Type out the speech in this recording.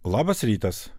labas rytas